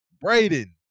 Braden